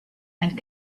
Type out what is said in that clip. and